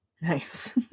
Nice